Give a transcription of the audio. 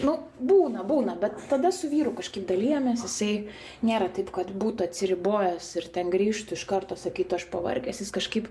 nu būna būna bet tada su vyru kažkaip dalijamės jisai nėra taip kad būtų atsiribojęs ir ten grįžtų iš karto sakytų aš pavargęs jis kažkaip